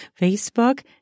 Facebook